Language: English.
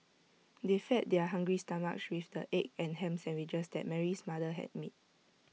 they fed their hungry stomachs with the egg and Ham Sandwiches that Mary's mother had made